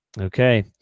Okay